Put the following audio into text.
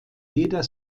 jeder